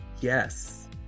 yes